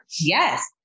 yes